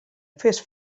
fes